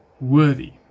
worthy